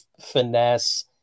finesse